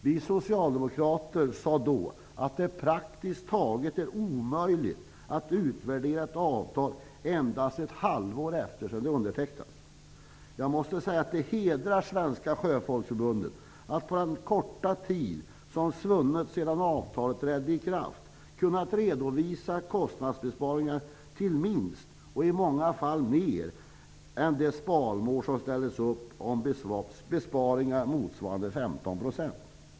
Vi socialdemokrater sade då att det praktiskt taget är omöjligt att utvärdera ett avtal endast ett halvår efter det att det undertecknats. Jag måste säga att det hedrar Svenska sjöfolksförbundet att man på den korta tid som svunnit sedan avtalet trädde i kraft kunnat redovisa kostnadsbesparingar, till minst och i många fall mer än det sparmål som ställts upp om besparingar motsvarande 15 %.